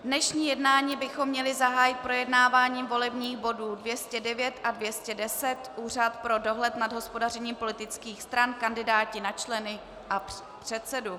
Dnešní jednání bychom měli zahájit projednáváním volebních bodů 209 a 210, Úřad pro dohled nad hospodařením politických stran, kandidáti na členy a předsedu.